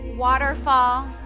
waterfall